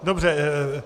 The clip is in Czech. Dobře.